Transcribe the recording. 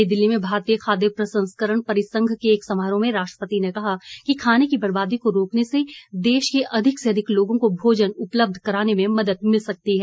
नई दिल्ली में भारतीय खाद्य प्रसंस्करण परिसंघ के एक समारोह में राष्ट्रपति ने कहा कि खाने की बर्बादी को रोकने से देश के अधिक से अधिक लोगों को भोजन उपलब्ध कराने में मदद मिल सकती है